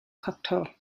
cocteau